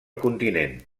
continent